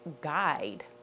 guide